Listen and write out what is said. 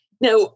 Now